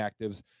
actives